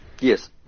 yes